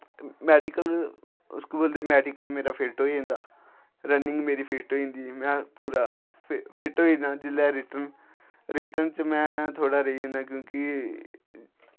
medical school ते medical मेरा fit होई जंदा रनिंग मेरी फिट्ट होई जंदी में पूरा फिट्ट होई जन्ना जिसलै रिटन रिटन च में थोह्ड़ा रेही जन्नां क्योंकि